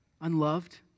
unloved